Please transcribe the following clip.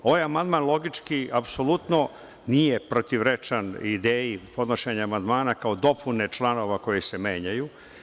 Ovaj amandman logički apsolutno nije protivrečan ideji podnošenja amandmana kao dopune članova koji se menjaju.